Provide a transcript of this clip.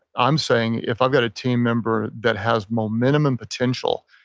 i'm saying if i've got a team member that has momentum and potential,